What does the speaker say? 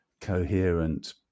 coherent